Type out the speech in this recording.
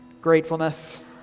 gratefulness